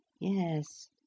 Yes